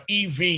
EV